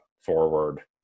forward